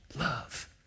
Love